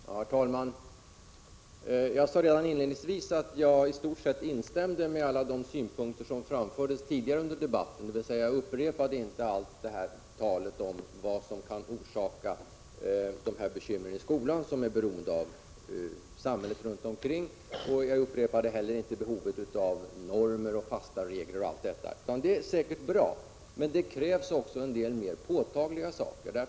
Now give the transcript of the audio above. Herr talman! Jag sade redan inledningsvis att jag i stort sett instämde med alla de synpunkter som framfördes tidigare under debatten, och jag upprepade inte allt tal om vad som kan orsaka de bekymmer i skolan som är beroende av samhället runt omkring. Jag upprepade heller inte vad som sagts om behovet av normer, fasta regler m.m. Allt detta är säkert bra, men det krävs också en del mer påtagliga saker.